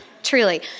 Truly